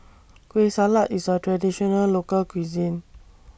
Kueh Salat IS A Traditional Local Cuisine